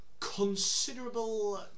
considerable